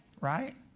Right